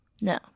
No